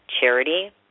charity